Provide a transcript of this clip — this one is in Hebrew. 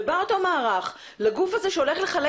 ובא אותו מערך לגוף הזה שהולך לחלק